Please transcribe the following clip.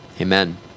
Amen